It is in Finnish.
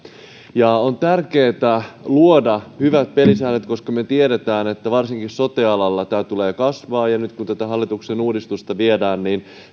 on tärkeää luoda hyvät pelisäännöt koska me tiedämme että varsinkin sote alalla tämä tulee kasvamaan nyt kun tä tä hallituksen uudistusta viedään